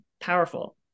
powerful